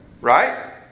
right